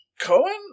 Cohen